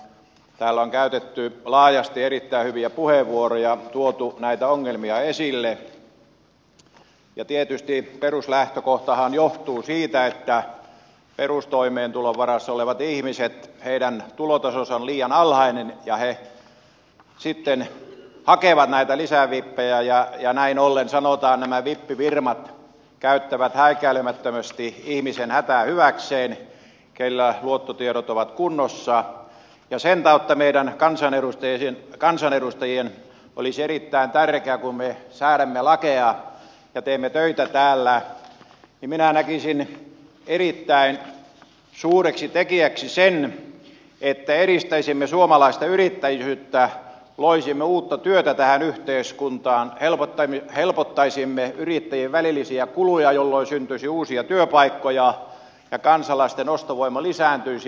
täällä on käytetty laajasti erittäin hyviä puheenvuoroja tuotu näitä ongelmia esille ja tietysti peruslähtökohtahan johtuu siitä että perustoimeentulon varassa olevien ihmisten tulotaso on liian alhainen ja he sitten hakevat näitä lisävippejä ja näin ollen sanotaan nämä vippifirmat käyttävät häikäilemättömästi niiden ihmisten hätää hyväkseen joilla luottotiedot ovat kunnossa ja sen tautta kun me kansanedustat säädämme lakeja ja teemme töitä täällä minä näkisin erittäin suureksi tekijäksi sen että edistäisimme suomalaista yrittäjyyttä loisimme uutta työtä tähän yhteiskuntaan helpottaisimme yrittäjien välillisiä kuluja jolloin syntyisi uusia työpaikkoja ja kansalaisten ostovoima lisääntyisi